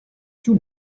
two